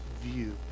view